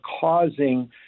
causing